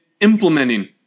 implementing